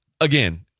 again